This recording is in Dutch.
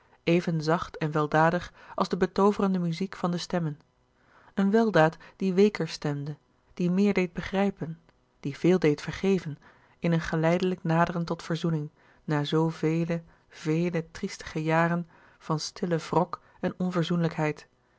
even zacht en weldadig als de betooverende muziek van de stemmen een weldaad die weeker stemde die meer deed begrijpen die veel deed vergeven in een geleidelijk naderen tot verzoening louis couperus de boeken der kleine zielen na zoo vele vele triestige jaren van stillen wrok en